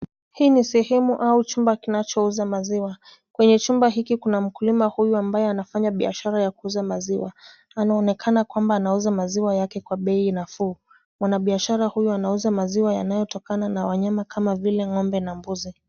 Hii ni sehemu au chumba kinachouza maziwa. Kwenye chumba hiki kuna mkulima huyu ambaye anafanya biashara ya kuuza maziwa. Anaonekana kwamba anauza maziwa yake kwa bei nafuu. Mwanabiashara huyu anauza maziwq yanayotokana na wanyama kama vile ng'ombe na mbuzi.